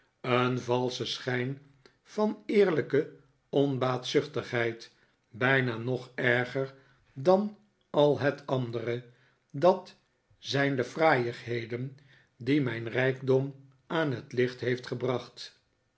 een valsche schijn van eerlijke onbaatzuchtigheid bijna nog erger dan al het andere dat zijn de fraaiigheden die mijn rijkdom aan het licht heeft gebracht